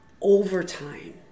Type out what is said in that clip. overtime